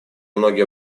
многие